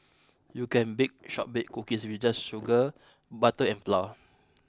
you can bake shortbread cookies with just sugar butter and flour